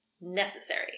necessary